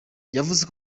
yavuze